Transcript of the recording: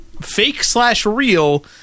fake-slash-real